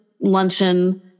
luncheon